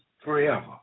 forever